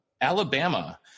Alabama